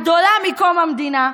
הגדולה מקום המדינה,